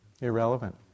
Irrelevant